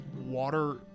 water